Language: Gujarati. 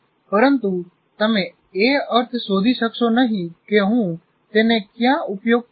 પરંતુ તમે એ અર્થ શોધી શકશો નહી કે હું તેને ક્યાં ઉપયોગ કરીશ